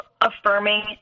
affirming